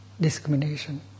discrimination